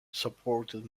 supported